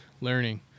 learning